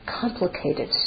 complicated